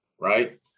right